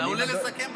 אתה עולה לסכם בסוף.